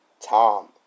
Tom